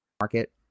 market